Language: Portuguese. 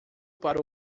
para